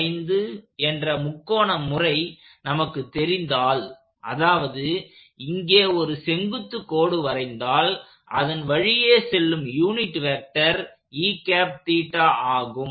435 என்ற முக்கோண முறை நமக்கு தெரிந்தால் அதாவது இங்கே ஒரு செங்குத்து கோடு வரைந்தால் இதன் வழியே செல்லும் யூனிட் வெக்டர் ஆகும்